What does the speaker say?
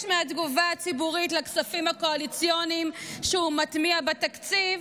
מהתגובה הציבורית לכספים הקואליציוניים שהוא מטמיע בתקציב,